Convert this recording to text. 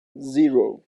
zero